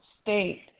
state